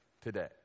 today